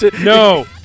no